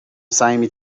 صمیمی